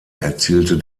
erzielte